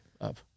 up